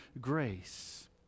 grace